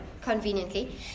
conveniently